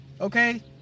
okay